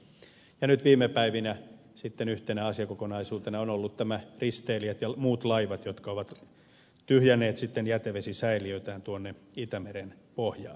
ja nyt viime päivinä sitten yhtenä asiakokonaisuutena ovat olleet nämä risteilijät ja muut laivat jotka ovat tyhjänneet jätevesisäiliöitään tuonne itämeren pohjaan